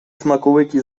smakołyki